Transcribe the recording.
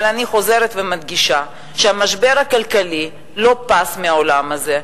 אבל אני חוזרת ומדגישה שהמשבר הכלכלי לא פס מהעולם הזה,